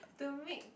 to make